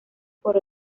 por